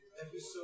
episode